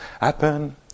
happen